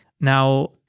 Now